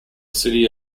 city